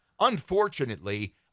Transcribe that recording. unfortunately